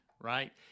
right